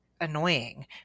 annoying